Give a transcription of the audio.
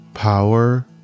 Power